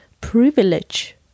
privilege